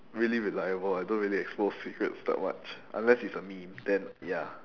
really reliable I don't really expose secrets that much unless it's a meme then ya